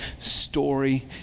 story